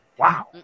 Wow